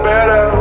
Better